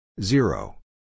Zero